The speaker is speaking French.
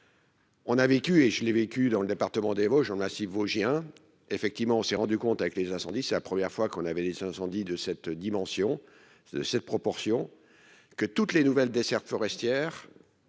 On a vécu et je l'ai vécu dans le département des Vosges, on a six vosgien effectivement on s'est rendu compte avec les incendies. C'est la première fois qu'on avait des incendies de cette dimension. Cette proportion. Que toutes les nouvelles dessertes forestières.